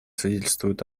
свидетельствует